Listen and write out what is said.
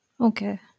okay